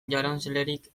jaraunslerik